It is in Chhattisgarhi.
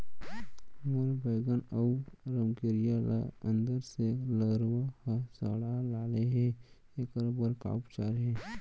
मोर बैगन अऊ रमकेरिया ल अंदर से लरवा ह सड़ा डाले हे, एखर बर का उपचार हे?